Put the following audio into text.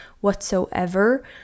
whatsoever